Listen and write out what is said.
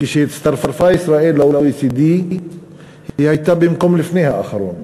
כשהצטרפה ישראל ל-OECD היא הייתה במקום הלפני-אחרון.